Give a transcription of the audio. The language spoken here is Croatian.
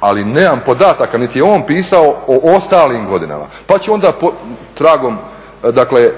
ali nemamo podataka, niti je on pisao o ostalim godinama pa ću onda tragom, dakle